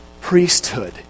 priesthood